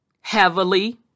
heavily